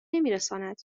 نمیرساند